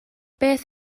beth